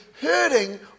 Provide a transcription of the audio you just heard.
hurting